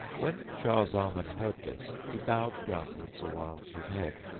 when shah zaman heard this he bowed groundwards awhile his head,